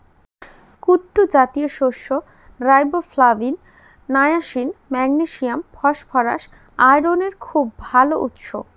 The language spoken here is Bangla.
কুট্টু জাতীয় শস্য রাইবোফ্লাভিন, নায়াসিন, ম্যাগনেসিয়াম, ফসফরাস, আয়রনের খুব ভাল উৎস